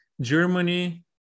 Germany